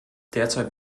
derzeit